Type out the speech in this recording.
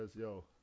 yo